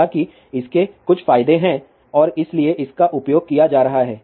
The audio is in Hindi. हालाँकि इसके कुछ फायदे हैं और इसीलिए इसका उपयोग किया जा रहा है